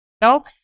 No